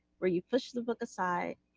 where you pushed the book aside,